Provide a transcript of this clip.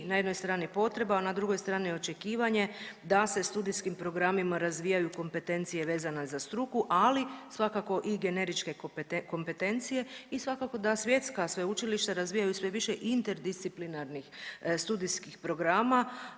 na jednoj strani potreba, a na drugoj strani očekivanje da se studijskim programima razvijaju kompetencije vezana za struku, ali svakako i generičke kompetencije i svakako da svjetska sveučilišta razvijaju sve više interdisciplinarnih studijskih programa,